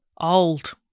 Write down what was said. Old